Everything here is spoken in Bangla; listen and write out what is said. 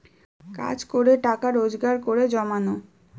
কাজ করে টাকা রোজগার করে জমানো